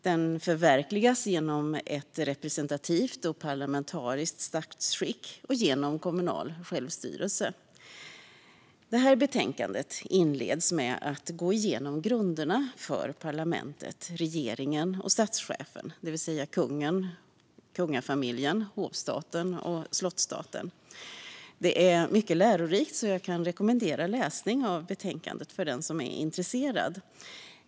Den förverkligas genom ett representativt och parlamentariskt statsskick och genom kommunal självstyrelse. Betänkandet inleds med en genomgång av grunderna för parlamentet, regeringen och statschefen - det vill säga kungen, kungafamiljen, Hovstaten och Slottsstaten. Det är mycket lärorikt, så jag kan rekommendera den som är intresserad att läsa det.